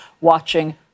watching